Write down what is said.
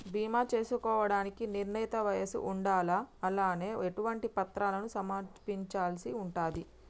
బీమా చేసుకోవడానికి నిర్ణీత వయస్సు ఉండాలా? అలాగే ఎటువంటి పత్రాలను సమర్పించాల్సి ఉంటది?